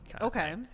Okay